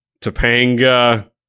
Topanga